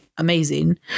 amazing